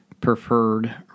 preferred